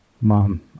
Mom